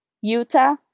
Utah